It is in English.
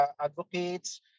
advocates